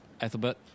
Ethelbert